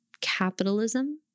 capitalism